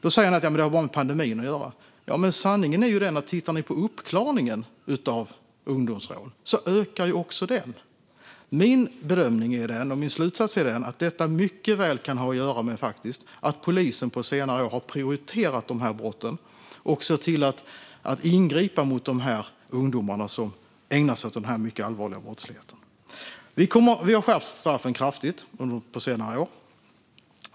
Då säger ni att det bara har med pandemin att göra. Men sanningen är ju att också uppklaringen av ungdomsrån ökar. Min bedömning och slutsats är att detta mycket väl kan ha att göra med att polisen på senare år har prioriterat de här brotten och sett till att ingripa mot de ungdomar som ägnar sig åt denna mycket allvarliga brottslighet. Vi har skärpt straffen kraftigt på senare år.